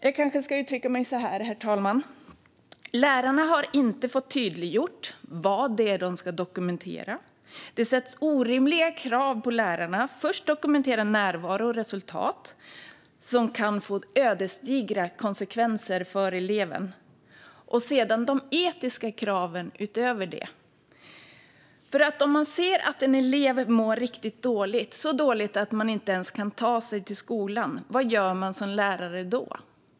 Jag kanske ska uttrycka mig så här, herr talman: Lärarna har inte fått tydliggjort vad de ska dokumentera. Det ställs orimliga krav på lärarna att dokumentera närvaro och resultat, som kan få ödesdigra konsekvenser för eleven, och sedan kommer de etiska kraven utöver detta. Om man ser att en elev mår riktigt dåligt, så dåligt att eleven inte ens kan ta sig till skolan, vad gör man som lärare då?